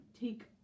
take